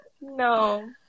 no